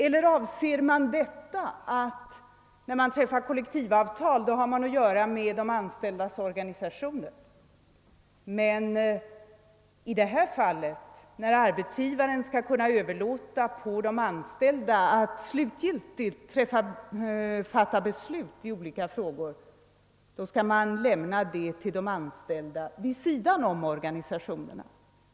Avses att man vid träffandet av kollektivavtal har att göra med de anställdas organisationer, medan man i detta fall, då arbetsgivaren skall kunna överlåta till de anställda att slutgiltigt fatta beslut i olika frågor, skall överlämna beslutsfattandet till de anställda vid sidan av organisationerna?